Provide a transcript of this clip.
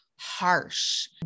harsh